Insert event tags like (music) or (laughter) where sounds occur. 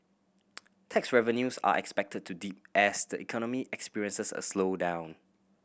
(unintelligible) tax revenues are expected to dip as the economy experiences a slowdown